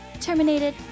Terminated